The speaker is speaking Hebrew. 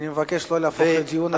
אני מבקש לא להפוך את הדיון הזה,